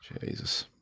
Jesus